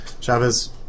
Chavez